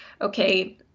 okay